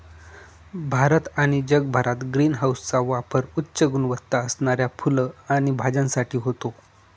भारत आणि जगभरात ग्रीन हाऊसचा पापर उच्च गुणवत्ता असणाऱ्या फुलं आणि भाज्यांसाठी होतो